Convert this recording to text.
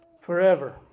forever